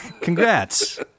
Congrats